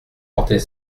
porter